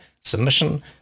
submission